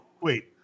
wait